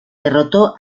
derrotó